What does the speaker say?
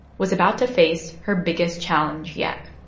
was about to face her biggest challenge yet